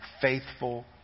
faithful